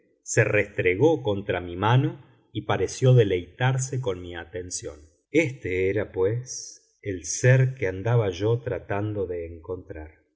se restregó contra mi mano y pareció deleitarse con mi atención éste era pues el ser que andaba yo tratando de encontrar